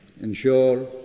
ensure